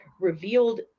revealed